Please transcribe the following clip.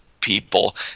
people